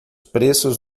preços